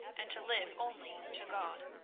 and to live only to god.